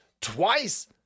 Twice